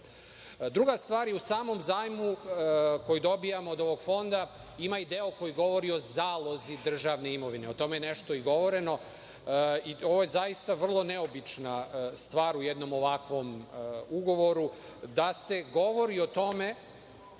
stvar je u samom zajmu koji dobijamo od fonda. Ima i deo koji govori o zalozi državne imovine. O tome je nešto i govoreno. Ovo je zaista vrlo neobična stvar u jednom ovakvom ugovoru, da se govori o tome